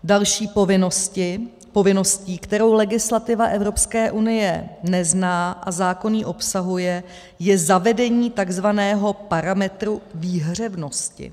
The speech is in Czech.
Další povinností, kterou legislativa Evropské unie nezná a zákon ji obsahuje, je zavedení takzvaného parametru výhřevnosti.